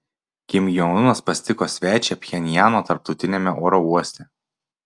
kim jong unas pasitiko svečią pchenjano tarptautiniame oro uoste